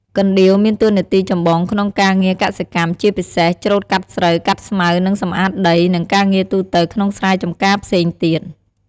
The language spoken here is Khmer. កណ្ដៀវមានតួនាទីចម្បងក្នុងការងារកសិកម្ម ជាពិសេស ច្រូតកាត់ស្រូវ កាត់ស្មៅ និងសម្អាតដី និងការងារទូទៅក្នុងស្រែចំការផ្សេងទៀត។